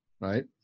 right